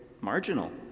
marginal